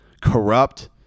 Corrupt